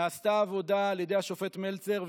נעשתה עבודה על ידי השופט מלצר,